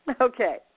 Okay